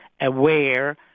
aware